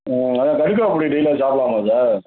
ஆ அதுதான் கடுக்காப்பொடி டெய்லியும் அது சாப்பிட்லாமா சார்